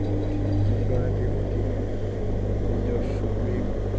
সতী যিগৰাকী সতী নিজৰ স্বামীৰ